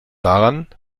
daran